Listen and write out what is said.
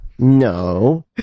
No